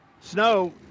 Snow